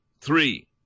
three